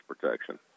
protection